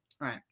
right